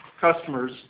customers